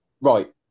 Right